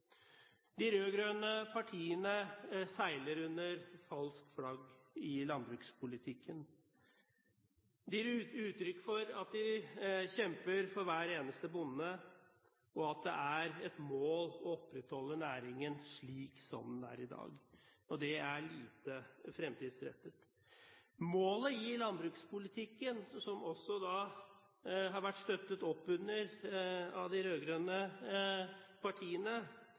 De rød-grønne partiene seiler under falsk flagg i landbrukspolitikken. De gir uttrykk for at de kjemper for hver eneste bonde, og at det er et mål å opprettholde næringen slik som den er i dag. Det er lite fremtidsrettet. Målet i landbrukspolitikken – som også har vært støttet opp under av de rød-grønne partiene